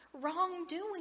wrongdoing